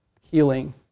healing